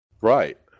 Right